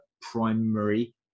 primary